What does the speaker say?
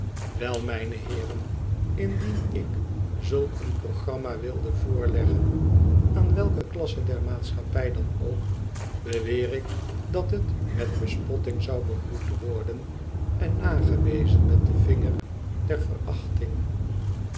wel mijne heeren indien ik zulk een programma wilde voorleggen aan welke klasse der maatschappij dan ook beweer ik dat het met bespotting zou begroet worden en nagewezen met den vinger der verachting